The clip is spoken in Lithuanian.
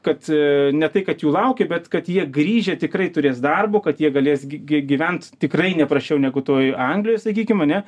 kad ne tai kad jų laukia bet kad jie grįžę tikrai turės darbo kad jie galės gy gyvent tikrai ne prasčiau negu toj anglijoj sakykim ane